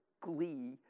glee